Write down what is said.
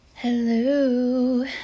Hello